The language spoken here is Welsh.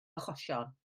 achosion